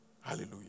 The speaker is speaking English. Hallelujah